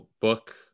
Book